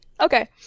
Okay